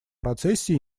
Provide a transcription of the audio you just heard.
процессе